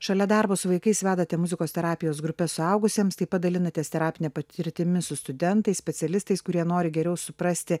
šalia darbo su vaikais vedate muzikos terapijos grupes suaugusiems taip pat dalinatės terapine patirtimi su studentais specialistais kurie nori geriau suprasti